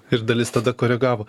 ir dalis tada koregavo